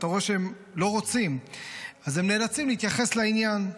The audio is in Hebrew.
אתה רואה שהם לא רוצים להתייחס לעניין.